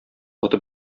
атып